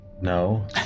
No